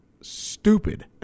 stupid